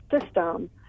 system